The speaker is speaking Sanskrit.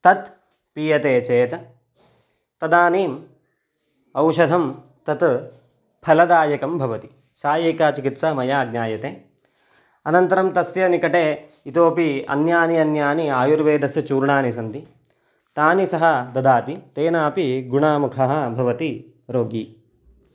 तत् पीयते चेत् तदानीम् औषधं तत् फलदायकं भवति सा एका चिकित्सा मया ज्ञायते अनन्तरं तस्य निकटे इतोपि अन्यानि अन्यानि आयुर्वेदस्य चूर्णानि सन्ति तानि सः ददाति तेनापि गुणामुखः भवति रोगी